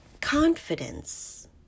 Confidence